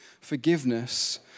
forgiveness